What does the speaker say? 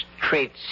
traits